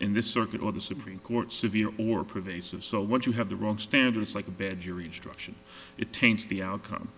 in this circuit or the supreme court severe or previous of so what you have the wrong standards like a bad jury instruction it taints the outcome